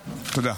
תודה.